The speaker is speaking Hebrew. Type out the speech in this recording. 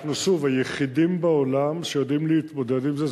אנחנו היחידים בעולם שיודעים להתמודד עם זה.